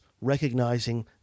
recognizing